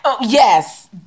Yes